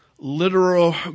literal